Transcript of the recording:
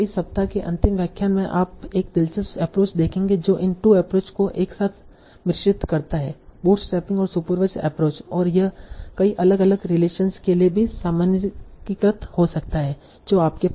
इस सप्ताह के अंतिम व्याख्यान में आप एक दिलचस्प एप्रोच देखेंगे जो इन 2 एप्रोच को एक साथ मिश्रित करता है बूटस्ट्रैपिंग और सुपरवाईसड एप्रोच और यह कई अलग अलग रिलेशनस के लिए भी सामान्यीकृत हो सकता है जो आपके पास हैं